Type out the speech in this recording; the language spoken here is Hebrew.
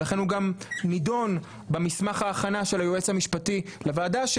ולכן הוא גם נידון במסמך ההכנה של היועץ המשפטי לוועדה,